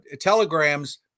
telegrams